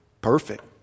Perfect